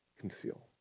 conceal